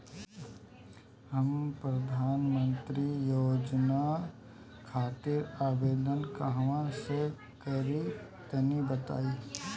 हम प्रधनमंत्री योजना खातिर आवेदन कहवा से करि तनि बताईं?